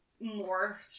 More